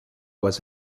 was